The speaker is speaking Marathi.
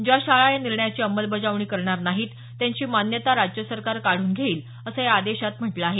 ज्या शाळा या निर्णयाची अंमलबजावणी करणार नाहीत त्यांची मान्यता राज्य सरकार काढून घेईल असं या आदेशात म्हटलं आहे